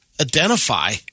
identify